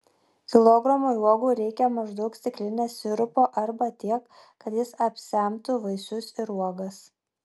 kilogramui uogų reikia maždaug stiklinės sirupo arba tiek kad jis apsemtų vaisius ir uogas